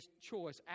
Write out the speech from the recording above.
choice